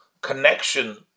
connection